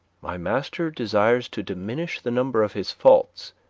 my master desires to diminish the number of his faults,